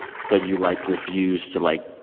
so you, like, refuse to, like,